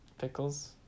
Pickles